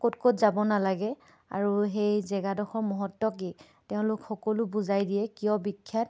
ক'ত ক'ত যাব নালাগে আৰু সেই জেগাডোখৰৰ মহত্ব কি তেওঁলোকে সকলো বুজাই দিয়ে কিয় বিখ্যাত